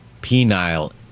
penile